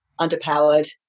underpowered